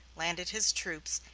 landed his troops,